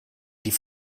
die